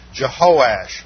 Jehoash